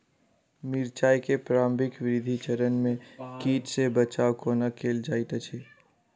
मिर्चाय केँ प्रारंभिक वृद्धि चरण मे कीट सँ बचाब कोना कैल जाइत अछि?